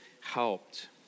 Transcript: helped